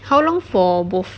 how long for both